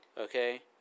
Okay